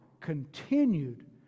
continued